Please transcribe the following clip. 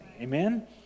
Amen